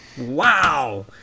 Wow